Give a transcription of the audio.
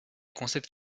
concept